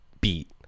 beat